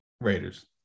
Raiders